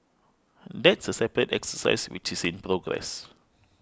that's a separate exercise which is in progress